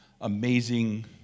amazing